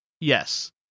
Yes